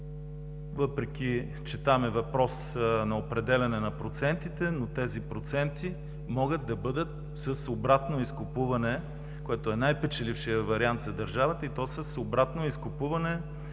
въпреки че там е въпрос на определяне на процентите, но тези проценти могат да бъдат с обратно изкупуване, което е най-печелившият вариант за държавата, и то с обратно изкупуване